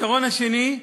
הפתרון השני הוא